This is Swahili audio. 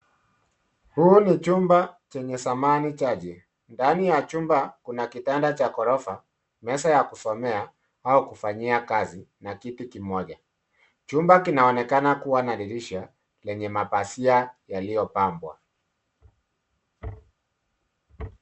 Huu ni chumba chenye samani chache. Ndani ya chumba, kuna kitanda cha ghorofa, meza ya kusomea au kufanyia kazi na kiti kimoja. Chumba kinaonekana kuwa na dirisha, lenye mapazia yaliyo pambwa.